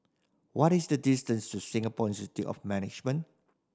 what is the distance to Singapore Institute of Management